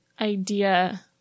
idea